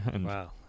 Wow